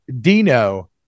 Dino